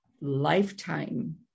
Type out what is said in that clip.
lifetime